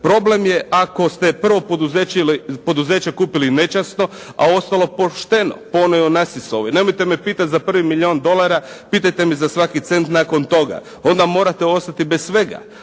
Problem je ako ste prvo poduzeće kupili nečasno, a ostalo pošteno po onoj Onassisovoj "Nemojte me pitati za prvi milijun dolara, pitajte me za svaki cent nakon toga.", onda morate ostati bez svega.